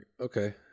okay